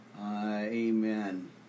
Amen